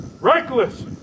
reckless